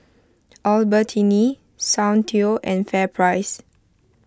Albertini Soundteoh and Fair Price